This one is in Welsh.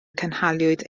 cynhaliwyd